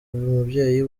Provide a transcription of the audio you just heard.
mubyeyi